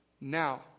Now